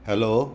hello